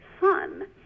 son